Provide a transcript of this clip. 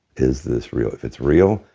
is this real? if it's real,